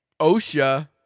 osha